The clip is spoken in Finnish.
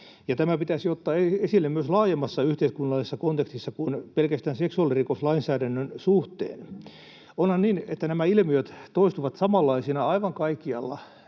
tämä pitäisi ottaa esille myös laajemmassa yhteiskunnallisessa kontekstissa kuin pelkästään seksuaalirikoslainsäädännön suhteen. Onhan niin, että nämä ilmiöt toistuvat samanlaisina aivan kaikkialla